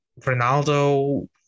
Ronaldo